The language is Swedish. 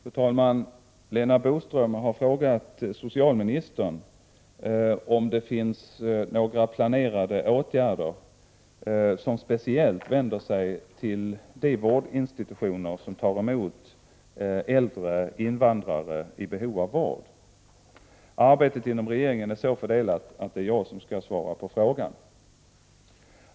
Fru talman! Lena Boström har frågat socialministern om det finns några planerade åtgärder som speciellt vänder sig till de vårdinstitutioner som tar emot äldre invandrare i behov av vård. Arbetet inom regeringen är så fördelat att det är jag som skall svara på frågan.